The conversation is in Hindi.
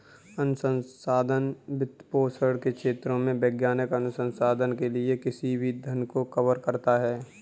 अनुसंधान वित्तपोषण के क्षेत्रों में वैज्ञानिक अनुसंधान के लिए किसी भी धन को कवर करता है